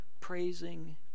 praising